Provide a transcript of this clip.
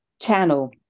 channel